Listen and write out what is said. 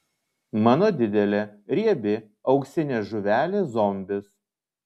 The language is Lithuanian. mano didelė riebi auksinė žuvelė zombis